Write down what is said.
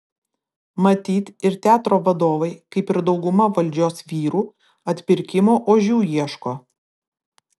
matyt ir teatro vadovai kaip ir dauguma valdžios vyrų atpirkimo ožių ieško